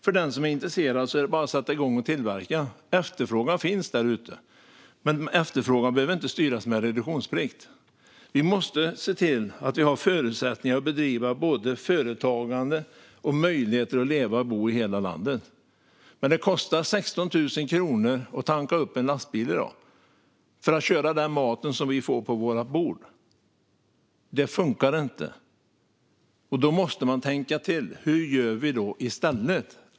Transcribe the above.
För den som är intresserad är det bara att sätta igång och tillverka. Efterfrågan finns där ute; den behöver inte styras med reduktionsplikt. Vi måste se till att vi både har förutsättningar att bedriva företagande och möjligheter att leva och bo i hela landet. Men det kostar 16 000 kronor att tanka upp en lastbil i dag, för att köra den mat vi får på våra bord. Det funkar inte. Då måste man tänka till: Hur gör vi i stället?